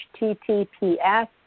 https